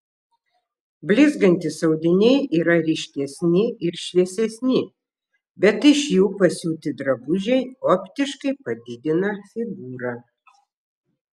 blizgantys audiniai yra ryškesni ir šviesesni bet iš jų pasiūti drabužiai optiškai padidina figūrą